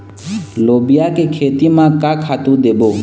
लोबिया के खेती म का खातू देबो?